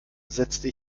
setzte